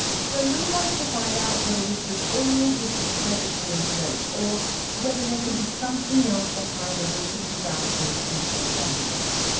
so we wanted to find out whether this was all just a tragic coincidence. or whether there could be something else behind the recent disasters in queensland mines.